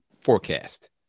forecast